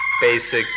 basic